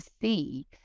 see